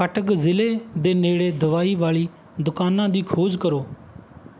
ਕਟਕ ਜ਼ਿਲ੍ਹੇ ਦੇ ਨੇੜੇ ਦਵਾਈ ਵਾਲੀ ਦੁਕਾਨਾਂ ਦੀ ਖੋਜ ਕਰੋ